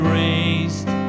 raised